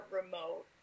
remote